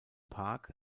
park